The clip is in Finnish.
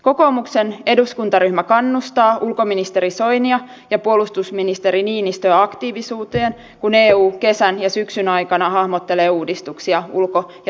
kokoomuksen eduskuntaryhmä kannustaa ulkoministeri soinia ja puolustusministeri niinistöä aktiivisuuteen kun eu kesän ja syksyn aikana hahmottelee uudistuksia ulko ja turvallisuuspolitiikkaansa